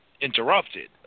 interrupted